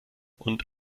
und